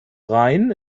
rhein